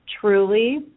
truly